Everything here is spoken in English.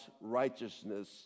righteousness